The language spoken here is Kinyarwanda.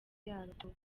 yarwo